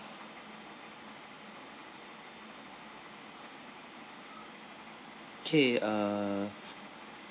okay uh